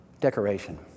decoration